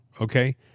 okay